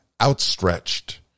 outstretched